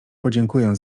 podziękuję